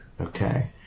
okay